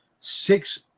six